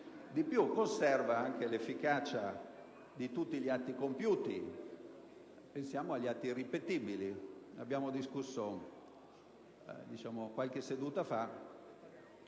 e conserva anche l'efficacia di tutti gli atti compiuti (pensiamo agli atti irripetibili: ne abbiamo discusso qualche seduta fa).